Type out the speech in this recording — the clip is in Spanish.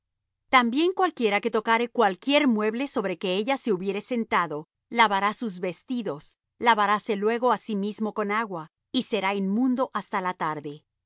también cualquiera que tocare cualquier mueble sobre que ella se hubiere sentado lavará sus vestidos lavaráse luego á sí mismo con agua y será inmundo hasta la tarde